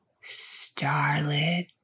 starlit